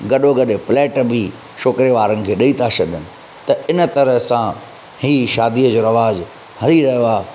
गॾो गॾे फ्लैट बि छोकिरे वारनि खे ॾेई था छॾनि त इन करे असां हीअ शादी जो रवाज़ु हली रहियो आहे